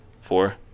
four